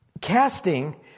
casting